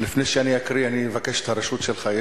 לפני שאני אקריא אני אבקש את הרשות שלך,